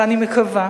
ואני מקווה